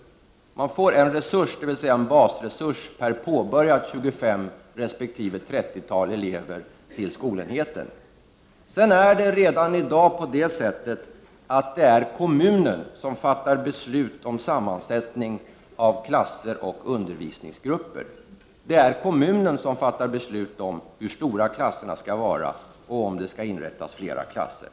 Man får en resurs, dvs. en basresurs, per påbörjat 25 respektive 30-tal elever på skolenheten. Redan i dag är det kommunen som fattar beslut om sammansättningen av klasser och undervisningsgrupper. Det är alltså kommunen som fattar beslut om hur stora klasserna skall vara och om huruvida det skall inrättas fler klasser.